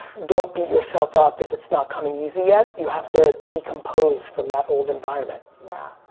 don't beat yourself up if it's not coming easy yet. you have to decompose from that old environment. yeah.